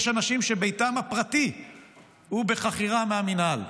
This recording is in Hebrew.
יש אנשים שביתם הפרטי הוא בחכירה מהמינהל.